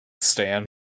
stand